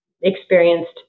experienced